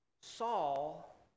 Saul